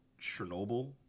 Chernobyl